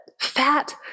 fat